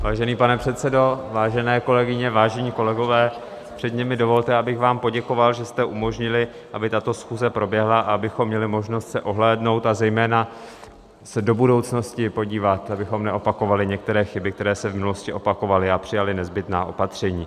Vážený pane předsedo, vážené kolegyně, vážení kolegové, předně mi dovolte, abych vám poděkoval, že jste umožnili, aby tato schůze proběhla, abychom měli možnost se ohlédnout, a zejména se do budoucnosti podívat, abychom neopakovali některé chyby, které se v minulosti opakovaly, a přijali nezbytná opatření.